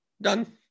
Done